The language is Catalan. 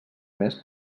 més